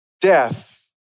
death